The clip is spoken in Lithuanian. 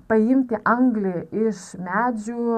paimti anglį iš medžių